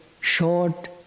short